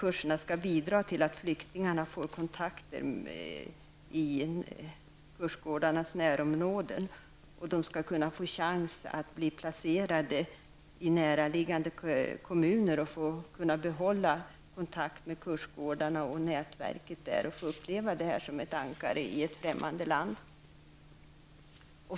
Kurserna skall bidra till att flyktingarna får kontakter i kursgårdarnas närområden. Flyktingarna skall få chans att bli placerade i närliggande kommuner för att de skall kunna behålla kontakten med kursgården och dess nätverk -- ungefär som ett ankare i ett främmande land.